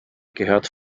gehört